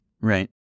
Right